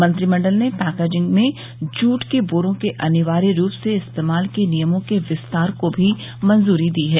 मंत्रिमंडल ने पैकेजिंग में जूट के बोरो के अनिवार्य रूप से इस्तेमाल के नियमों के विस्तार को मी मंजूरी दी है